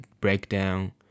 breakdown